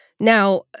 Now